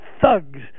thugs